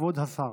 "כבוד השר".